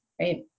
right